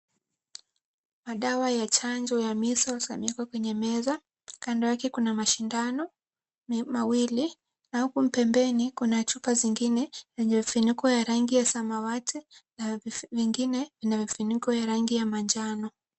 Madawa ya chanjo ya measles yaewekwa kwenye meza. Kando yake kuna mashindano me mawili, na huku pembeni kuna chupa zingine zenye vifuniko ya rangi ya samawati, na vif vingine vina vifuniko ya rangi ya manjano.